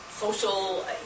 Social